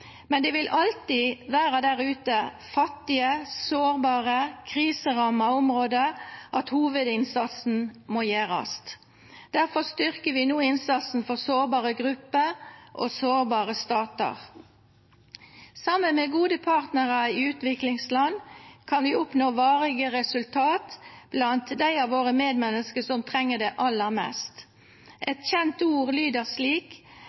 Men det vil alltid være der ute, i fattige, sårbare og kriserammede områder, at hovedinnsatsen må gjøres. Derfor styrker vi nå innsatsen for sårbare grupper og sårbare stater. Sammen med gode partnere i utviklingsland kan vi oppnå varige resultater blant dem av våre medmennesker som trenger det aller mest. Et kjent ord lyder slik: